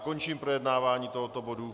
Končím projednávání tohoto bodu.